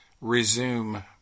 Resume